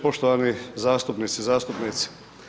Poštovani zastupnice i zastupnici.